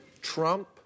Trump